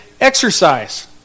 exercise